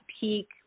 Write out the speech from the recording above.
peak